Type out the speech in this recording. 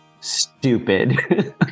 stupid